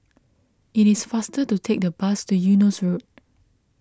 it is faster to take the bus to Eunos Road